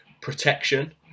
protection